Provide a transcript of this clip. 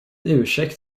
ursäkt